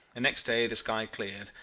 and next day the sky cleared,